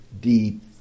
deep